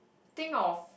think of